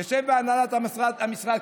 נשב בהנהלת המשרד,